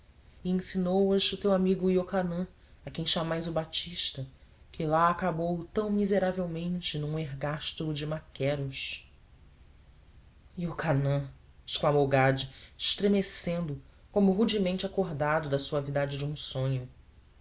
e ensinou as o teu amigo iocanã a quem chamais o batista que lá acabou tão miseravelmente num ergástulo de maqueros iocanã exclamou gade estremecendo como rudemente acordado da suavidade de um sonho